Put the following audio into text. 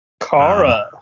Kara